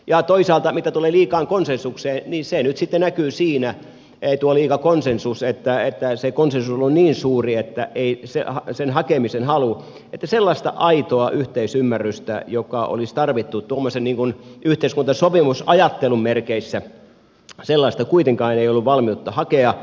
ja toisaalta mitä tulee liikaan konsensukseen niin tuo liika konsensus nyt sitten näkyy siinä että se konsensuksen hakemisen halu on ollut niin suuri että ei asiaa sen hakemisen halu sellaista aitoa yhteisymmärrystä joka olisi tarvittu tuommoisen yhteiskuntasopimusajattelun merkeissä kuitenkaan ei ollut valmiutta hakea